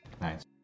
Nice